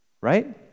right